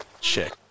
check